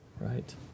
Right